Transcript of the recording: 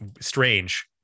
strange